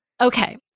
Okay